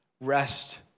rest